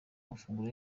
amafunguro